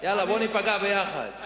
יאללה, בוא ניפגע ביחד.